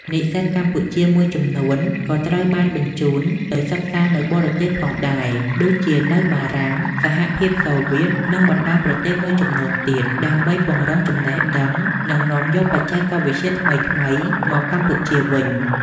និស្សិតកម្ពុជាមួយចំនួនក៏ត្រូវបានបញ្ជូនទៅសិក្សានៅបរទេសផងដែរ ដូចជានៅបារាំង សហភាពសូវៀត និងបណ្ដាប្រទេសមួយចំនួនទៀត ដើម្បីពង្រឹងចំណេះដឹង និងនាំយកបច្ចេកវិទ្យាថ្មីៗមកកម្ពុជាវិញ។